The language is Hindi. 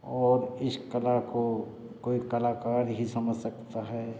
और इस कला को कोई कलाकार ही समझ सकता है